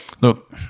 look